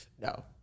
No